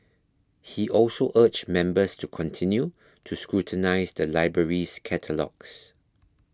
he also urged members to continue to scrutinise the library's catalogues